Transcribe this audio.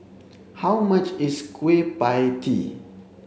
how much is kueh pie tee